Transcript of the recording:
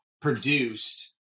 produced